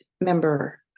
member